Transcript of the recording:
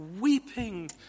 Weeping